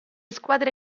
squadre